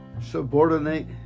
Subordinate